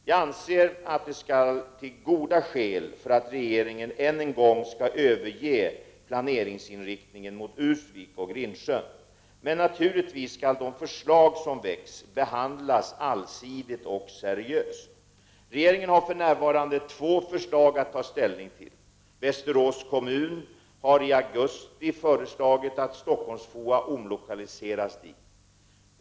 Jag anser att det skall till goda skäl för att regeringen än en gång skall överge planerna på att samla verksamheten till Ursvik och Grindsjön. Men naturligtvis skall de förslag som väcks behandlas allsidigt och seriöst. Regeringen har för närvarande två förslag att ta ställning till. Västerås kommun har i augusti föreslagit att Stockholms-FOA omlokaliseras dit.